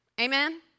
Amen